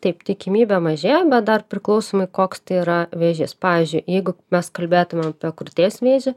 taip tikimybė mažėja bet dar priklausomai koks tai yra vėžys pavyzdžiui jeigu mes kalbėtumėm apie krūties vėžį